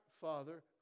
Father